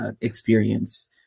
experience